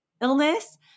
illness